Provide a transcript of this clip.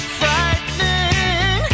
frightening